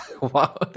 wow